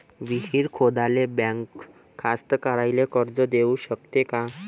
विहीर खोदाले बँक कास्तकाराइले कर्ज देऊ शकते का?